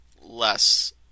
less